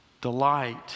delight